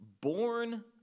born